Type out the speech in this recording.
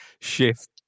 shift